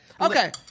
okay